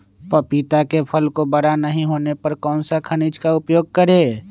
पपीता के फल को बड़ा नहीं होने पर कौन सा खनिज का उपयोग करें?